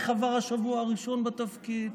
איך עבר השבוע הראשון בתפקיד.